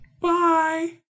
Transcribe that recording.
Bye